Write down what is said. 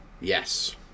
Yes